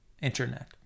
Internet